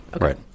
right